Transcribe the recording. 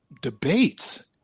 debates